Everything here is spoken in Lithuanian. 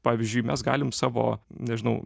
pavyzdžiui mes galim savo nežinau